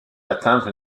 atteindre